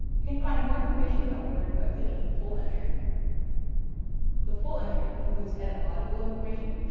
you can find more information about a word by clicking full entry the full entry includes etymological information,